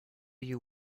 you